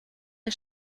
der